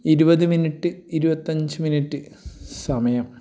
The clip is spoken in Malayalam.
ഇരുപത് മിനിട്ട് ഇരുപത്തഞ്ച് മിനിറ്റ് സമയം